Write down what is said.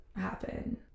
happen